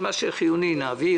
את מה שחיוני אנחנו נעביר,